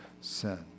sin